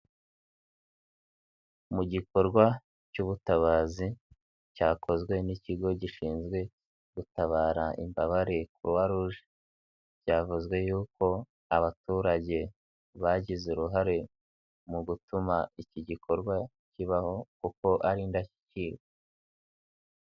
Mu gikorwa cy'ubutabazi cyakozwe n'ikigo gishinzwe gutabara imbabare Croix rouge, byavuzwe y'uko abaturage bagize uruhare mu gutuma iki gikorwa kibaho kuko ari indashyikirwa.